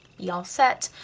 be all set.